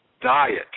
Diet